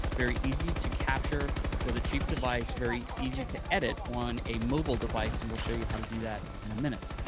very easy to capture with a cheap device, very easy to edit on a mobile device, and we'll show you how to do that in a minute.